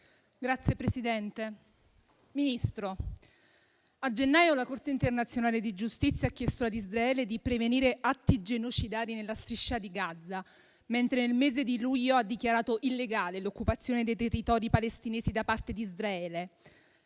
*(M5S)*. Signor Ministro, a gennaio la Corte internazionale di giustizia ha chiesto ad Israele di prevenire atti genocidari nella Striscia di Gaza, mentre nel mese di luglio ha dichiarato illegale l'occupazione dei territori palestinesi da parte di Israele.